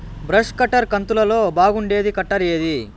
Brush cutter కంతులలో బాగుండేది cutter ఏది?